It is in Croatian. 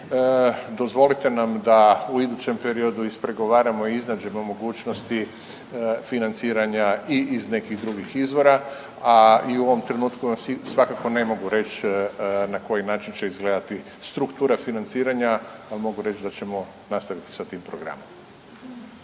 Dozvolite nam da u idućem periodu ispregovaramo i iznađemo mogućnosti financiranja i iz nekih drugih izvora, a i u ovom trenutku vam svakako ne mogu reć na koji način će izgledati struktura financiranja, a mogu reći da ćemo nastaviti sa tim programom.